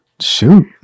Shoot